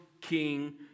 King